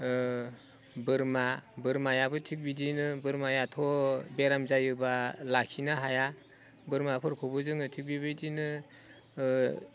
बोरमा बोरमायाबो थिग बिदिनो बोरमायाथ' बेराम जायोब्ला लाखिनो हाया बोरमाफोरखौबो जोङो थिग बेबायदिनो